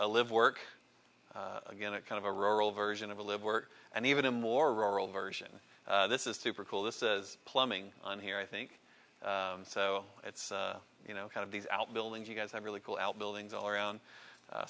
a live work again a kind of a rural version of a live work and even a more rural version this is super cool this is plumbing on here i think so it's you know kind of these out buildings you guys have really cool out buildings all around